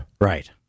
Right